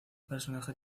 personaje